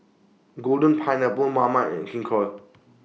Golden Pineapple Marmite and King Koil